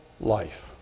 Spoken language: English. life